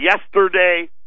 Yesterday